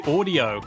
Audio